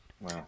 Wow